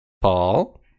paul